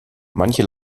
manche